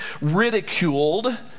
ridiculed